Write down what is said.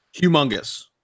humongous